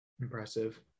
impressive